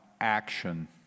action